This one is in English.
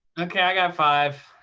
i got five.